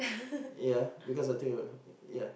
ya because I think it ya